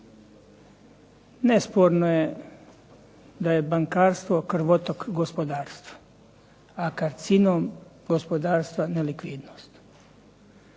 Nesporno je da je bankarstvo krvotok gospodarstva, a karcinom gospodarstva nelikvidnost